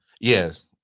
Yes